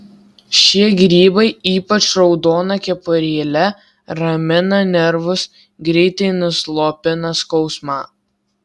šie grybai ypač raudona kepurėle ramina nervus greitai nuslopina skausmą